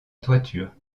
toiture